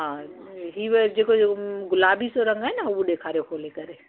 हा ही वारी जेको जेको गुलाबी सो रंग आहे न उहो ॾेखारियो खोले करे